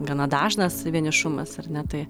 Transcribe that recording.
gana dažnas vienišumas ar ne tai